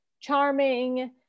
charming